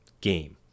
game